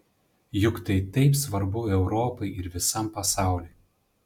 juk tai taip svarbu europai ir visam pasauliui